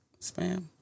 Spam